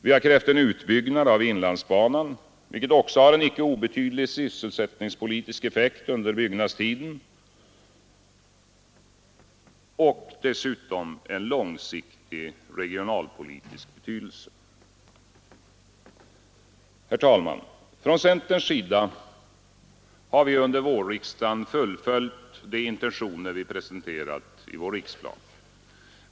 Vi har krävt en utbyggnad av inlandsbanan, vilket också har en icke obetydlig sysselsättningspolitisk effekt under byggnadstiden och dessutom en långsiktig regionalpolitisk betydelse. Herr talman! Från centerns sida har vi under vårriksdagen fullföljt de intentioner vi presenterat i vår riksplan.